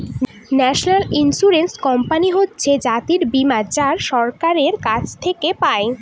national insurance company হচ্ছে জাতীয় বীমা যা সরকারের কাছ থেকে পাই